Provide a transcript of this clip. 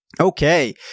Okay